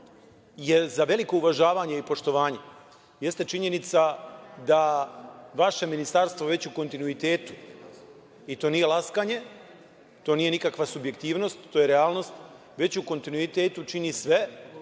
je za veliko uvažavanje i poštovanje, jeste činjenica da vaše Ministarstvo već u kontinuitetu i to nije laskanje, to nije nikakva subjektivnost, to je realnost, već u kontinuitetu čini sve